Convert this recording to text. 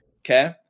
okay